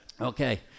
Okay